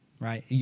Right